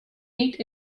eight